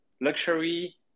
luxury